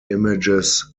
images